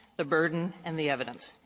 the burden, and the evidence.